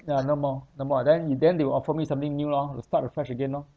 ya no more no more then then they will offer me something new lor have to start afresh again orh